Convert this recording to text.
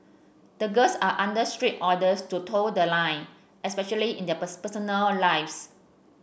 the girls are under strict orders to toe the line especially in their person personal lives